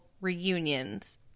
reunions